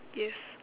yes